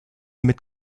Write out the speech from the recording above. mit